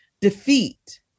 defeat